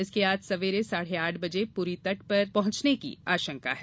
इसके आज सवेरे साढ़े आठ बजे पुरी तट से टकराने की आशंका है